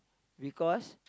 because